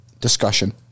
discussion